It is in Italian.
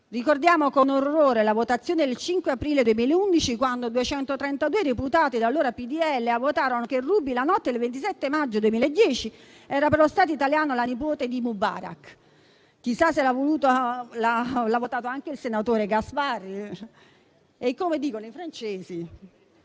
Ricordiamo con orrore la votazione del 5 aprile 2011, quando 232 deputati dell'allora PdL votarono che Ruby la notte del 27 maggio 2010 era per lo Stato italiano la nipote di Mubarak. Chissà se l'ha votato anche il senatore Gasparri. Per queste ragioni,